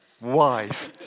Wise